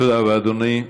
תודה רבה, אדוני.